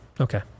Okay